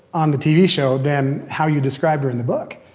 on the tv show, than how you described her in the book.